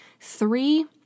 three